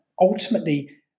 ultimately